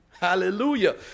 hallelujah